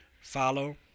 follow